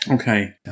Okay